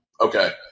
Okay